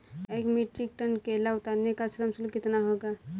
एक metric ton केला उतारने का श्रम शुल्क कितना होगा?